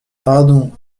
pardon